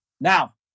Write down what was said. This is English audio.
Now